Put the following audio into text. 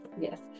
yes